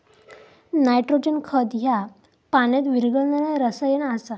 nitrogen खत ह्या पाण्यात विरघळणारा रसायन आसा